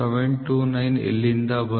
729 ಎಲ್ಲಿಂದ ಬಂತು